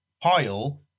pile